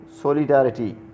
solidarity